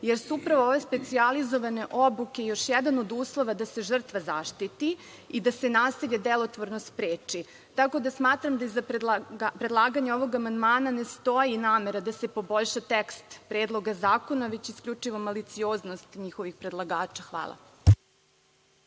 jer su upravo ove specijalizovane obuke još jedan od uslova da se žrtva zaštiti i da se nasilje delotvorno spreči. Tako da, smatram da predlaganje ovog amandmana ne stoji namera da se poboljša tekst Predloga zakona, već isključivo malicioznost njihovih predlagača. Hvala.